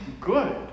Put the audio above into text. good